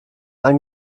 ein